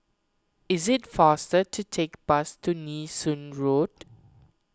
it is faster to take bus to Nee Soon Road